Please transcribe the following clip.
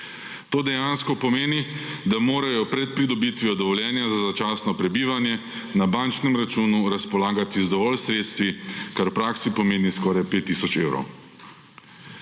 To dejansko pomeni, da morajo pred pridobitvijo dovoljenja za začasno prebivanje na bančnem računu razpolagati z dovolj sredstvi, kar v praksi pomeni skoraj 5 tisoč evrov.